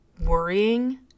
worrying